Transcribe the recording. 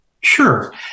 Sure